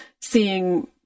seeing